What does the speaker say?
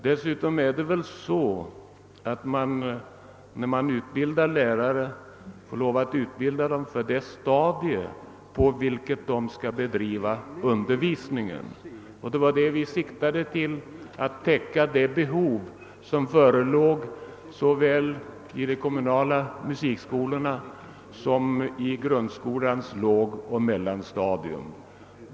När man utbildar lärare får man därför lov att utbilda dem för det stadium på vilket de skall bedriva undervisning. Vi siktade till att täcka det behov som förelåg såväl i de kommunala musikskolornas som på grundskolans lågoch mellanstadium.